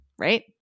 right